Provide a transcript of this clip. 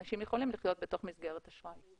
אנשים יכולים לחיות בתוך מסגרת אשראי.